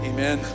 Amen